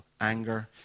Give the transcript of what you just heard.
anger